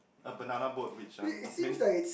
a banana boat which um